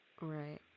Right